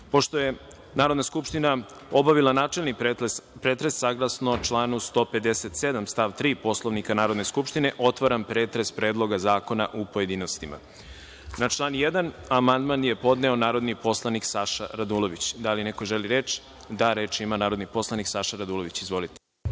je Narodna skupština obavila načelni pretres, saglasno članu 157. stav 3. Poslovnika Narodne skupštine, otvaram pretres Predloga zakona u pojedinostima. Na član 1. amandman je podneo narodni poslanik Saša Radulović. Da li neko želi reč? (Da.)Reč ima narodni poslanik Saša Radulović. Izvolite.